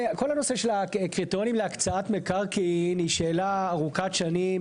כל הנושא של הקריטריונים להקצאת מקרקעין היא שאלה ארוכת שנים.